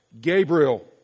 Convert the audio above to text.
Gabriel